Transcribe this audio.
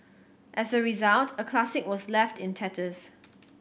as a result a classic was left in tatters